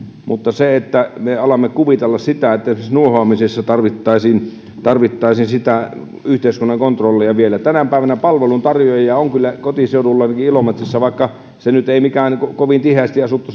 mutta se että me alamme kuvitella että esimerkiksi nuohoamisessa tarvittaisiin sitä yhteiskunnan kontrollia vielä tänä päivänä palveluntarjoajia on kyllä kotiseudullanikin ilomantsissa vaikka sekään nyt ei mikään kovin tiheästi asuttu